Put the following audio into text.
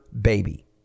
baby